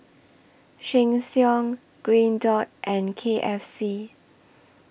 Sheng Siong Green Dot and K F C